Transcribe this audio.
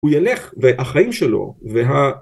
הוא ילך, והחיים שלו, וה...